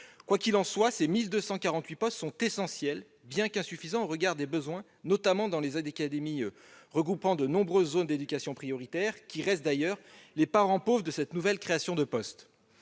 Quoi qu'il en soit, ces 1 248 postes sont essentiels, bien qu'insuffisants au regard des besoins, notamment dans les académies regroupant de nombreuses zones d'éducation prioritaire, qui restent les parents pauvres de ces nouvelles créations de postes.